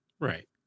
Right